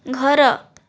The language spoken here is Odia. ଘର